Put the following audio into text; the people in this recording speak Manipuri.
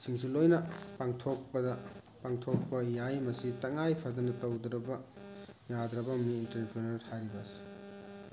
ꯁꯤꯁꯤꯡꯁꯦ ꯂꯣꯏꯅ ꯄꯥꯡꯊꯣꯛꯄꯗ ꯄꯥꯡꯊꯣꯛꯄ ꯌꯥꯏ ꯃꯁꯤ ꯇꯉꯥꯏꯐꯗꯅ ꯇꯧꯗ꯭ꯔꯕ ꯌꯥꯗ꯭ꯔꯕ ꯑꯃꯅꯤ ꯑꯦꯟꯇꯔꯄ꯭ꯔꯤꯅꯣꯔ ꯍꯥꯏꯔꯤꯕꯁꯤ